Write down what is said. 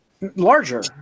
larger